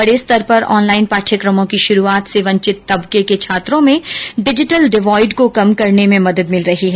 बड़े स्तर पर ऑनलाइन पाठ्यक्रमो की शुरुआत से वंचित तबके के छात्रों में डिजिटल डिवॉइड को कम करने में मदद भिल रही है